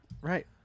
right